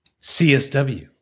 CSW